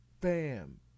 bam